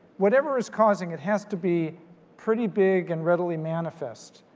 whatever is causing it has to be pretty big and readily manifest.